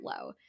low